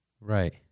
right